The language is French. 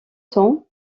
tons